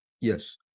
Yes